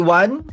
one